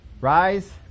Rise